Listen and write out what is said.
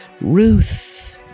Ruth